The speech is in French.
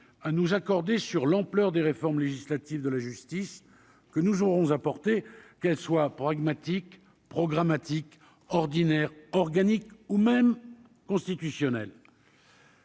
à nous accorder sur l'ampleur des réformes législatives de la justice que nous aurons apporté qu'elle soit pragmatique programmatique ordinaire organique ou même constitutionnels.